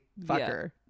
Fucker